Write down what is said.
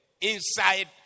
inside